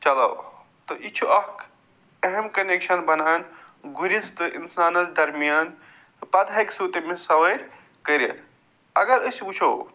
چَلاو تہٕ یہِ چھُ اکھ اہم کنٮ۪کشن بنان گُرِس تہٕ اِنسانس درمِیان پتہٕ ہٮ۪کہِ سُہ تٔمِس سوٲرۍ کٔرِتھ اگر أسۍ وٕچھو